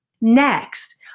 Next